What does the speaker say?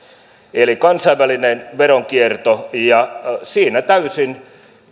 eli kansainvälinen veronkierto ja siinä täysin